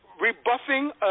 rebuffing